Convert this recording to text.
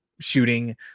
shooting